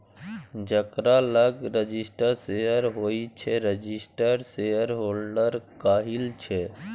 जकरा लग registered share होइ छै रजिस्टर्ड शेयरहोल्डर कहाइ छै